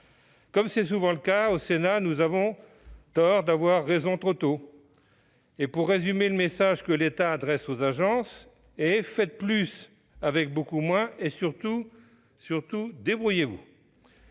Comme c'est souvent le cas, nous avions tort d'avoir raison trop tôt ! Pour résumer, le message que l'État adresse aux agences est le suivant :« Faites plus avec beaucoup moins, et surtout débrouillez-vous